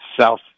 South